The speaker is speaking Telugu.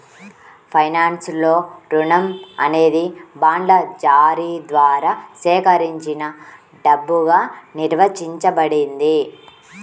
ఫైనాన్స్లో, రుణం అనేది బాండ్ల జారీ ద్వారా సేకరించిన డబ్బుగా నిర్వచించబడింది